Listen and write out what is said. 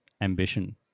ambition